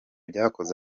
byakoze